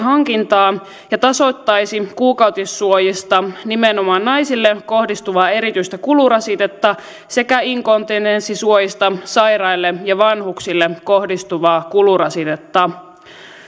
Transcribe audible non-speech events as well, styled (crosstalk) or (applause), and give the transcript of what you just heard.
(unintelligible) hankintaa ja tasoittaisi kuukautissuojista nimenomaan naisille kohdistuvaa erityistä kulurasitetta sekä inkontinenssisuojista sairaille ja vanhuksille kohdistuvaa kulurasitetta